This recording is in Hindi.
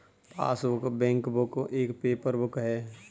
पासबुक, बैंकबुक एक पेपर बुक है